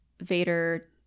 Vader